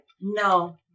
no